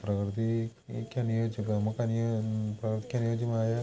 പ്രകൃതിക്ക് അനുയോജ്യ നമുക്കനിയോജ്യമായ പ്രകൃതിക്ക് അനുയോജ്യമായ